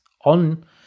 on